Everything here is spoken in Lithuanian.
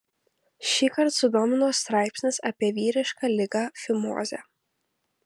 šįkart sudomino straipsnis apie vyrišką ligą fimozę